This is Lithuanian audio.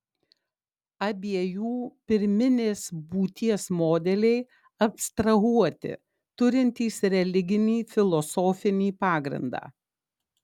abiejų pirminės būties modeliai abstrahuoti turintys religinį filosofinį pagrindą